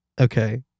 Okay